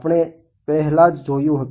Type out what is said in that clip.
આપણે પહેલા જ જોયું હતું